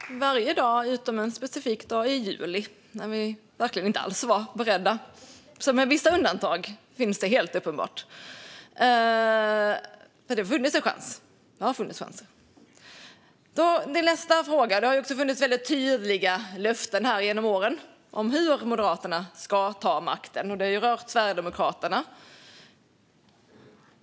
Herr ålderspresident! Varje dag utom en specifik dag i juli, då ni verkligen inte alls var beredda, så vissa undantag finns det helt uppenbart. Det har funnits chanser. Det har funnits väldigt tydliga löften här genom åren om hur Moderaterna ska ta makten, och det har rört Sverigedemokraterna.